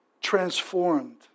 transformed